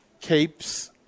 capes